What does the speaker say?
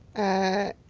i